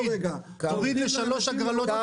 אז תוריד לשלוש הגרלות ביום,